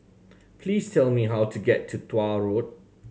please tell me how to get to Tuah Road